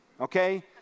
okay